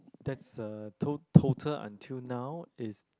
that's uh tot~ total until now is